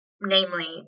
namely